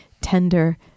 Tender